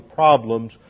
problems